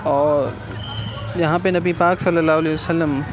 اور جہاں پہ نبی پاک صلی اللہ علیہ وسلم